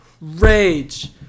rage